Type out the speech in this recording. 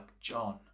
John